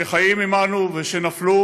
שחיים עמנו ושנפלו